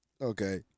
Okay